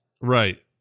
Right